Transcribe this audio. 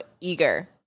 eager